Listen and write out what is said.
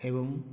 ଏବଂ